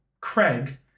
Craig